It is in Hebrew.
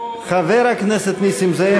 חבר הכנסת נסים זאב,